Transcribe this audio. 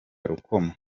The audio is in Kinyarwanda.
rukoma